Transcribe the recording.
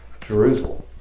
Jerusalem